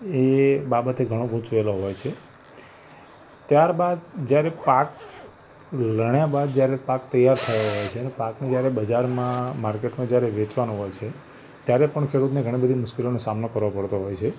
એ બાબતે ઘણું ગુચવાયેલો હોય છે ત્યારબાદ જ્યારે પાક લણ્યા બાદ જ્યારે પાક તૈયાર થયો હોય છે અને પાકને જ્યારે બજારમાં માર્કેટમાં જ્યારે વેચવાનું હોય છે ત્યારે પણ ખેડૂતને ઘણી બધી મુશ્કેલીઓનો સામનો કરવો પડતો હોય છે